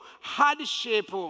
hardship